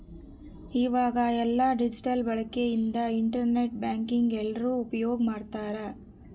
ಈವಾಗ ಎಲ್ಲ ಡಿಜಿಟಲ್ ಬಳಕೆ ಇಂದ ಇಂಟರ್ ನೆಟ್ ಬ್ಯಾಂಕಿಂಗ್ ಎಲ್ರೂ ಉಪ್ಯೋಗ್ ಮಾಡ್ತಾರ